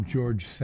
George